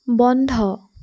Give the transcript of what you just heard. বন্ধ